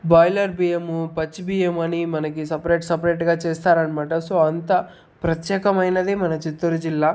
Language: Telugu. బాయిలర్ బియ్యము పచ్చి బియ్యమని మనకి సపరేట్ సపరేట్గా చేస్తారనమాట అంత ప్రత్యేకమైనది మన చిత్తూరు జిల్లా